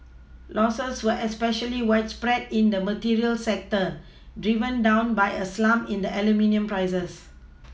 Losses were especially widespread in the materials sector driven down by a slump in the aluminium prices